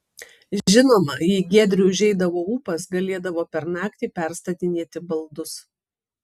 žinoma jei giedriui užeidavo ūpas galėdavo per naktį perstatinėti baldus